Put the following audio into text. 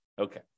Okay